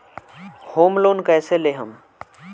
Home loan कैसे लेहम?